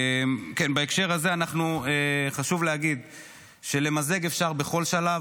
בהקשר הזה חשוב להגיד שלמזג אפשר בכל שלב.